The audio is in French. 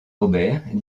robert